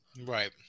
Right